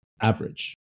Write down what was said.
average